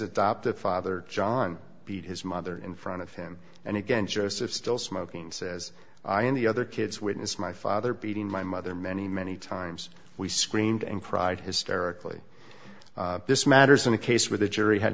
adoptive father john beat his mother in front of the him and again joseph still smoking says i and the other kids witnessed my father beating my mother many many times we screamed and cried hysterically this matters in a case where the jury had